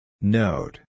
Note